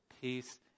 peace